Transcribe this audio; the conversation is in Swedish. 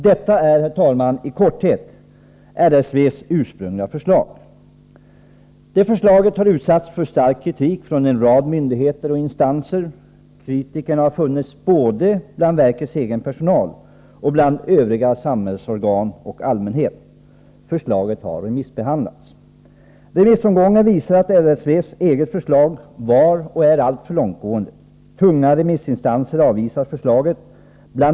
Detta är i korthet RSV:s ursprungliga förslag. Detta förslag har utsatts för stark kritik från en rad myndigheter och instanser. Kritikerna har funnits både bland verkets egen personal och bland övriga samhällsorgan och allmänheten. Förslaget har remissbehandlats. Remissomgången visar att RSV:s eget förslag var och är alltför långtgående. Tunga remissinstanser går emot förslaget. Bl.